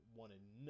wanted